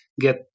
get